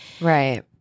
Right